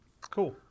Cool